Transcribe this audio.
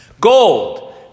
Gold